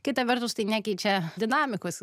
kita vertus tai nekeičia dinamikos